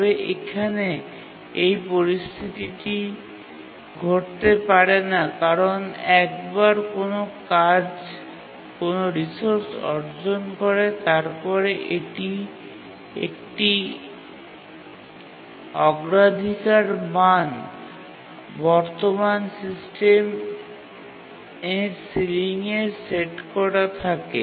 তবে এখানে এই পরিস্থিতিটি ঘটতে পারে না কারণ একবার কোনও কাজ কোনও রিসোর্স অর্জন করে তারপরে একটি অগ্রাধিকার মান বর্তমান সিস্টেমের সিলিংয়ে সেট করা থাকে